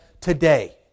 today